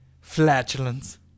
flatulence